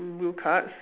blue cards